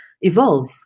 evolve